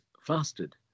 fasted